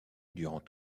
durant